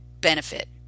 benefit